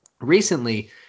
recently